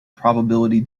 probability